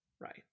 Right